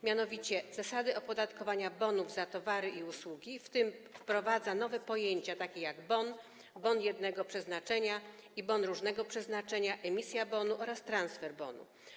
Mianowicie chodzi o zasady opodatkowania bonów za towary i usługi, w tym wprowadzenie nowych pojęć, takich jak bon, bon jednego przeznaczenia i bon różnego przeznaczenia, emisja bonu oraz transfer bonu.